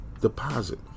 Deposit